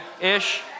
ish